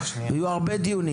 ויהיו הרבה דיונים,